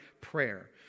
prayer